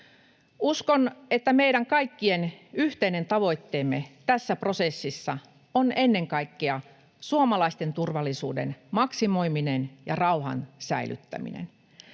Uskon, että meidän kaikkien yhteinen tavoitteemme tässä prosessissa on ennen kaikkea suomalaisten turvallisuuden maksimoiminen ja rauhan säilyttäminen.